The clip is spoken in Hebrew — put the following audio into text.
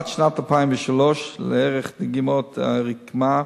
עד שנת 2003 לערך דגימות הרקמה,